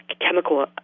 chemical